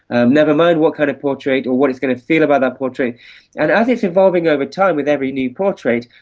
never mind what kind of portrait or what it's going to feel about that portrait. and as it's evolving over time with every new portrait,